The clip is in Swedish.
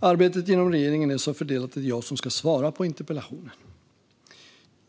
Arbetet inom regeringen är så fördelat att det är jag som ska svara på interpellationen.